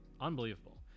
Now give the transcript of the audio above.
Unbelievable